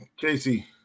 Casey